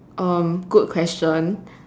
um good question